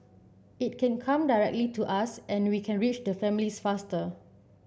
it can come directly to us and we can reach the families faster